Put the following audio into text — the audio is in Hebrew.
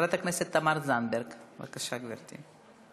חברת הכנסת תמר זנדברג, בבקשה, גברתי.